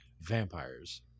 vampires